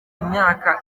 imyaka